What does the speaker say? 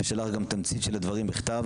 יש עליו גם תמצית של הדברים בכתב,